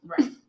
right